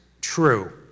true